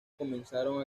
comenzaron